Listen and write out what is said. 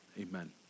Amen